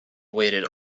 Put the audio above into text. waited